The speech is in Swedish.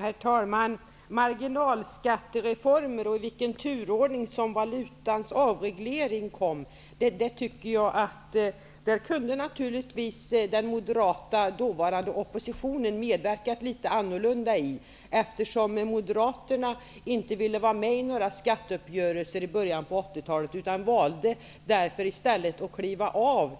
Herr talman! Marginalskattereformer och i vilken ordning valutans avreglering kom tycker jag att den dåvarande moderata oppositionen kunde ha medverkat litet annorlunda i, eftersom Moderaterna inte ville vara med i några skatteuppgörelser i början av 80-talet, utan valde att i stället kliva av